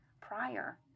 prior